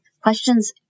Questions